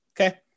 okay